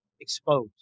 exposed